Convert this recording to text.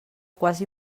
quasi